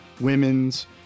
women's